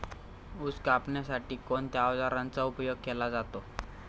ऊस कापण्यासाठी कोणत्या अवजारांचा उपयोग केला जातो?